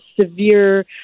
severe